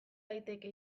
daiteke